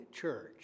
church